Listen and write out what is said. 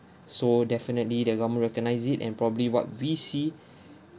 so definitely the government recognize it and probably what we see